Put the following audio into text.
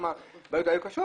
כמה בעיות קשות היו,